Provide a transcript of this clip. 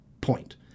point